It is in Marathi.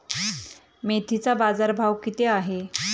मेथीचा बाजारभाव किती आहे?